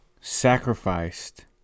sacrificed